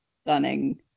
stunning